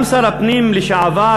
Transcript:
גם שר הפנים לשעבר,